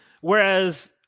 whereas